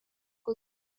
kui